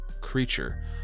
creature